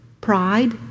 Pride